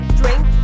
drink